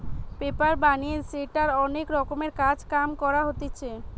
paper বানিয়ে সেটার অনেক রকমের কাজ কাম করা হতিছে